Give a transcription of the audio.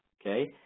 Okay